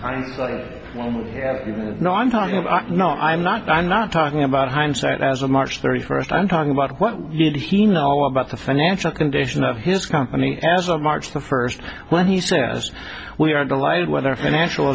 hindsight you know i'm talking about no i'm not i'm not talking about hindsight as of march thirty first i'm talking about what did he know about the financial condition of his company as of march the first when he said yes we are delighted with our financial